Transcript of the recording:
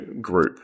group